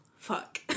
fuck